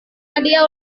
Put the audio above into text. hadiah